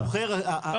טווח".